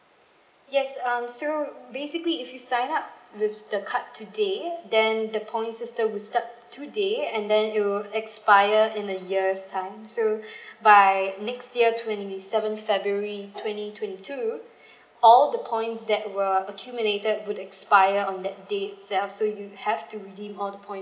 yes um so basically if you sign up with the card today then the points system will start today and then it will expire in a years time so by next year twenty seventh february twenty twenty two all the points that were accumulated would expire on that day itself so you have to redeem all the point